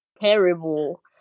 terrible